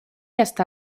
està